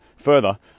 Further